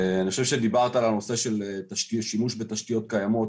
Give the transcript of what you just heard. אני חושב שדיברת הנושא של שימוש בתשתיות קיימות,